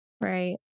right